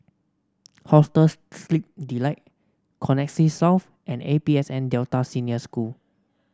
Hostels Sleep Delight Connexis South and A P S N Delta Senior School